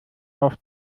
auf